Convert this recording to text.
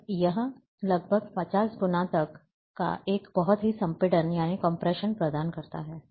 तो यह लगभग 50 गुना तक का एक बहुत ही संपीड़न प्रदान करता है